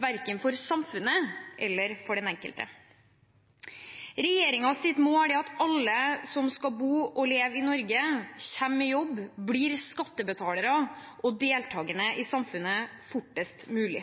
verken for samfunnet eller for den enkelte. Regjeringens mål er at alle som skal bo og leve i Norge, kommer i jobb, blir skattebetalere og deltakende i samfunnet fortest mulig.